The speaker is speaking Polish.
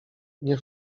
nie